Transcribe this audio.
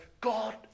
God